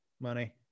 money